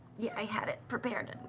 yeah, i had it prepared, and